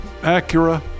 Acura